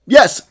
Yes